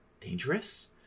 Dangerous